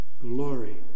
Glory